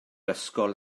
ysgol